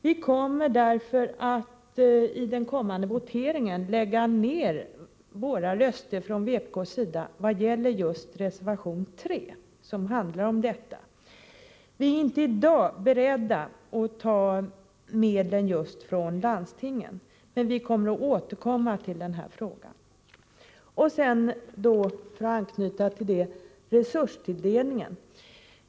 Vi kommer därför att i den kommande voteringen lägga ned våra röster när det gäller just reservation 3, som handlar om detta. Vi är inte i dag beredda att ta medlen just från landstingen, men vi ämnar återkomma till den här frågan. Så frågan om resurstilldelningen.